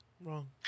Wrong